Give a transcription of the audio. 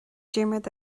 diarmaid